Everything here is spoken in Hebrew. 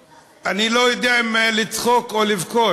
אני לא יודע אם לצחוק או לבכות,